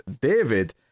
David